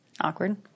awkward